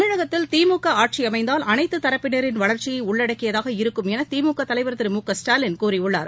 தமிழகத்தில் திமுக ஆட்சி அமைந்தால் அனைத்து தரப்பினரின் வளர்ச்சியை உள்ளடக்கியதாக இருக்கும் என திமுக தலைவர் திரு மு க ஸ்டாலின் கூறியுள்ளார்